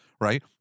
right